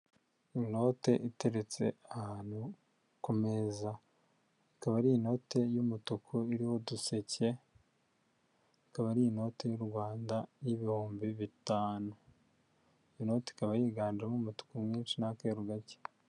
Inote iteretse ahantu ku meza, ikaba ari inote y'umutuku irimo uduseke, ikaba ari inoti y'u Rwanda y'ibihumbi bitanu, inoti ikaba yiganjemo umutuku mwinshi n'akeru gake.